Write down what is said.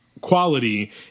quality